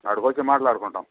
ఆడికి వచ్చి మాట్లాడుకుంటాం